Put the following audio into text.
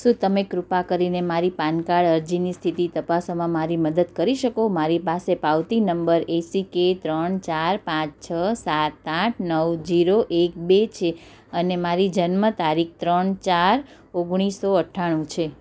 શું તમે કૃપા કરીને મારી પાન કાર્ડ અરજીની સ્થિતિ તપાસવામાં મારી મદદ કરી શકો મારી પાસે પાવતી નંબર એસીકે ત્રણ ચાર પાંચ છ સાત આઠ નવ જીરો એક બે છે અને મારી જન્મ તારીખ ત્રણ ચાર ઓગણીસો અઠ્ઠાણું છે